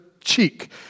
cheek